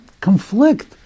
conflict